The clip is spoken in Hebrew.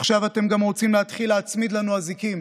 עכשיו אתם גם רוצים להתחיל להצמיד לנו אזיקים.